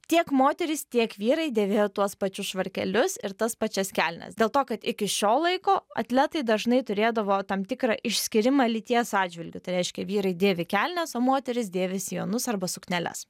tiek moterys tiek vyrai dėvėjo tuos pačius švarkelius ir tas pačias kelnes dėl to kad iki šio laiko atletai dažnai turėdavo tam tikrą išskyrimą lyties atžvilgiu tai reiškia vyrai dėvi kelnes o moterys dėvi sijonus arba sukneles